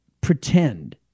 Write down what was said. pretend